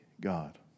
God